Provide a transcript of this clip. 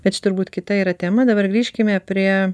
bet čia turbūt kita yra tema dabar grįžkime prie